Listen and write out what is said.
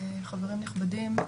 חברים נכבדים,